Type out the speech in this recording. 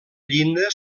llinda